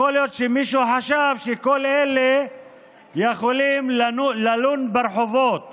כל אלה יכולים ללון ברחובות